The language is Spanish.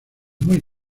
muy